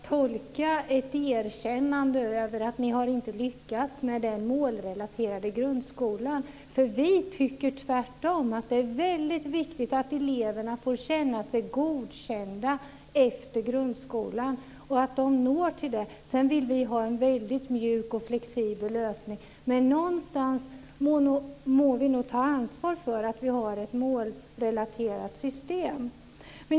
Herr talman! Med det svaret kan jag bara tolka in ett erkännande av att ni inte har lyckats med den målrelaterade grundskolan. Vi tycker tvärtom att det är väldigt viktigt att eleverna får känna sig godkända efter grundskolan och att de når fram till det. Sedan vill vi ha en väldigt mjuk och flexibel lösning, men någonstans må vi nog ta ansvar för att vi har ett målrelaterat system.